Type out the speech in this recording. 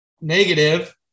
negative